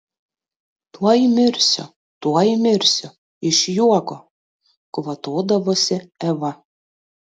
tuoj mirsiu tuoj mirsiu iš juoko kvatodavosi eva